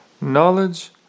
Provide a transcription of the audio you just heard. Knowledge